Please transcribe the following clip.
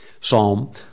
Psalm